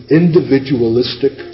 individualistic